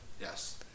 Yes